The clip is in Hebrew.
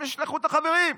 הם ישלחו את החברים.